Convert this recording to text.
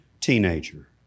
teenager